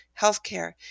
Healthcare